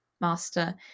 Master